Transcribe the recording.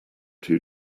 two